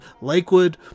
Lakewood